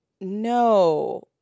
No